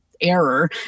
error